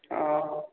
ଓହୋ